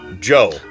Joe